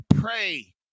pray